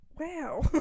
Wow